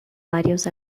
varios